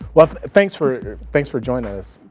well thanks for thanks for joining us.